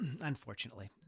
unfortunately